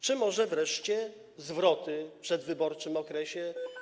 Czy może wreszcie zwroty w przedwyborczym okresie?